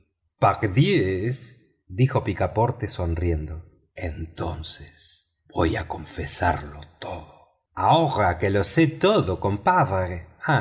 pardiez dijo picaporte sonriendo entonces voy a confesarlo todo ahora que lo sé todo compadre